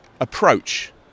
approach